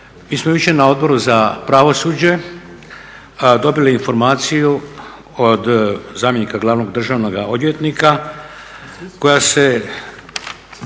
mi smo jučer na Odboru za pravosuđe dobili informaciju od zamjenika glavnog državnoga odvjetnika koja se